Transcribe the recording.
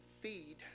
feed